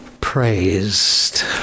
praised